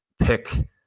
pick